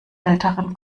älteren